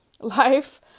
life